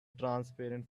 transparent